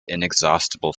inexhaustible